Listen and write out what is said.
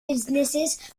businesses